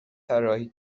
طراحی